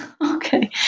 Okay